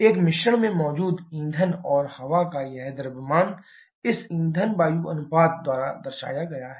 एक मिश्रण में मौजूद ईंधन और हवा का यह द्रव्यमान इस ईंधन वायु अनुपात द्वारा दर्शाया गया है